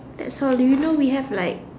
that's how do you know we have like